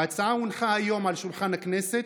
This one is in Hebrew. ההצעה הונחה היום על שולחן הכנסת,